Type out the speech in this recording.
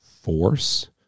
force